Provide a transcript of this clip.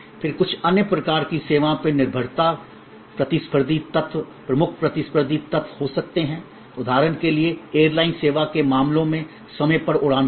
फिर कुछ अन्य प्रकार की सेवाओं में निर्भरता प्रतिस्पर्धी तत्व प्रमुख प्रतिस्पर्धी तत्व हो सकते हैं उदाहरण के लिए एयरलाइन सेवा के मामलों में समय पर उड़ान भरना